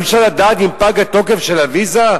אי-אפשר לדעת אם פג התוקף של הוויזה,